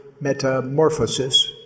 metamorphosis